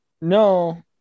No